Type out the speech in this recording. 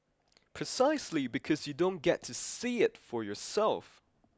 precisely because you don't get to see it for yourself